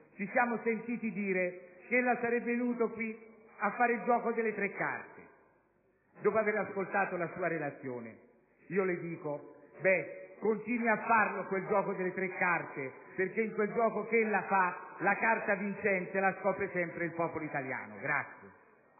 ci siamo sentiti dire che sarebbe venuto qui a fare il gioco delle tre carte. Dopo aver ascoltato la sua Relazione io le dico: continui a farlo quel gioco, perché nel gioco che lei fa la carta vincente la scopre sempre il popolo italiano.